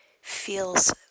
feels